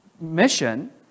mission